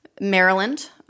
Maryland